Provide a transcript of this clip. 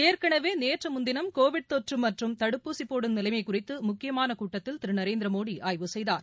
ஏற்கனவே நேற்று முன்தினம் கோவிட் நோய் தொற்று மற்றும் தடுப்பூசி போடும் நிலைமை குறித்து முக்கியமான கூட்டத்தில் திரு நரேந்திரமோடி ஆய்வு செய்தார்